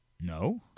No